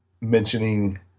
mentioning